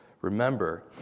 remember